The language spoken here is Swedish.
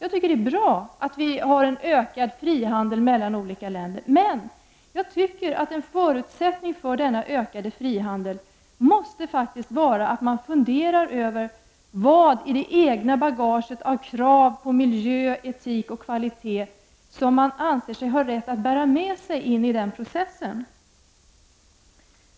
Det är bra att vi har en ökad frihandel mellan olika länder, men en förutsättning för denna ökade frihandel måste faktiskt vara att man funderar över vad i det egna bagaget av krav på miljö, etik och kvalitet som man anser sig ha rätt att bära med sig in i den processen.